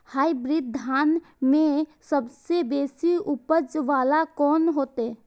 Hybrid धान में सबसे बेसी उपज बाला कोन हेते?